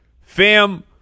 fam